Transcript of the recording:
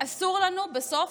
אסור לנו בסוף,